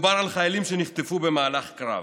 מדובר בחיילים שנחטפו במהלך קרב,